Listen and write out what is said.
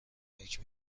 فکر